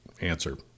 answer